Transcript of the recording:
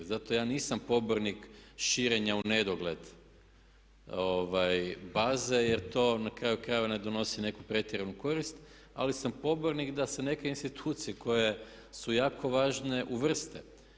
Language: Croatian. Zato ja nisam pobornik širenja u nedogled baze, jer to na kraju krajeva ne donosi neku pretjeranu korist, ali sam pobornik da se neke institucije koje su jako važne uvrste.